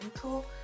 tool